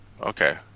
okay